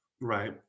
Right